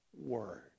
word